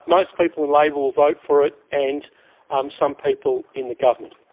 most people in labor will vote for it, and um some people in the government.